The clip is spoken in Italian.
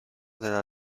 della